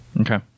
Okay